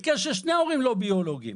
במקרה ששני ההורים שלו לא בילוגיים